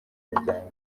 umuryango